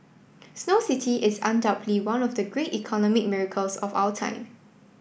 Snow City is undoubtedly one of the great economic miracles of our time